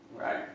Right